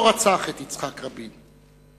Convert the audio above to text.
לא רצח את יצחק רבין,